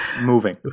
moving